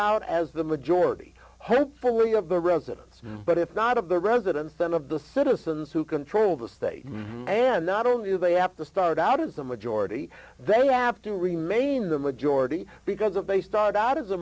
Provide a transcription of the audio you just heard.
out as the majority hopefully of the residence but if not of the residents then of the citizens who control the state and not only do they have to start out as a majority they have to remain the majority because if they start out as a